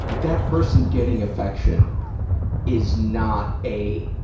that person getting affection is not a,